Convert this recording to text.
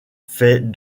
fait